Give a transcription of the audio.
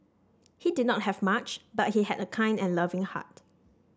he did not have much but he had a kind and loving heart